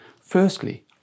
firstly